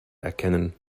erkennen